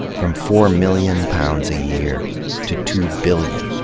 from four million pounds a year to two billion.